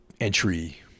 entry